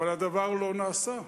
אך הדבר לא נעשה.